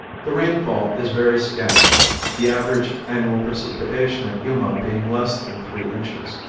the rainfall is very scant the average annual precipitation at yuma being less than three inches.